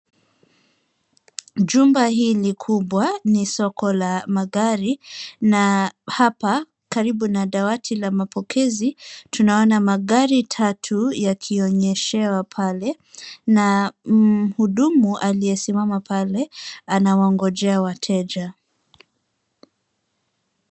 Jumba hili kubwa ni soko la magari na hapa karibu na dawati la mapokezi tunaona magari tatu yakionyeshewa pale na mhudumu aliyesimama pale anawangojea wateja.